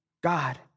God